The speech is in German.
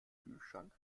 kühlschrank